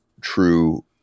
true